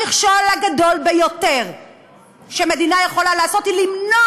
המכשול הגדול ביותר שמדינה יכולה לעשות הוא למנוע